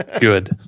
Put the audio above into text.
good